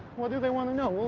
what do they want to know? well,